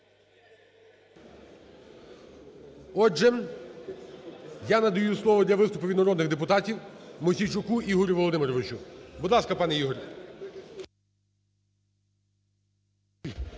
Отже, я надаю слово для виступу від народних депутатів Мосійчуку Ігорю Володимировичу. Будь ласка, пане Ігорю.